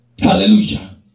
hallelujah